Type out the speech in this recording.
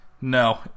no